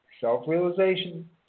Self-realization